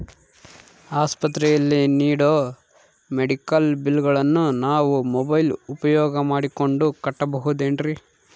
ಆಸ್ಪತ್ರೆಯಲ್ಲಿ ನೇಡೋ ಮೆಡಿಕಲ್ ಬಿಲ್ಲುಗಳನ್ನು ನಾವು ಮೋಬ್ಯೆಲ್ ಉಪಯೋಗ ಮಾಡಿಕೊಂಡು ಕಟ್ಟಬಹುದೇನ್ರಿ?